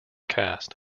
cast